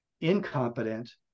incompetent